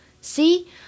See